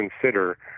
consider